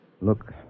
Look